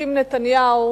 הקים נתניהו